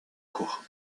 courts